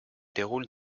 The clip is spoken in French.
déroule